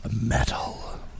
metal